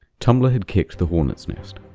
tumblr had kicked the hornets nest.